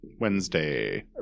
Wednesday